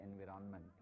environment